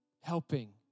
helping